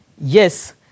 yes